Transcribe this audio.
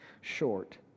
short